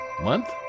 month